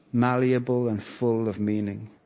malleable, and full of meaning.